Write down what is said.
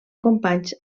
companys